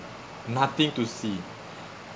nothing to see